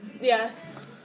Yes